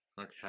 Okay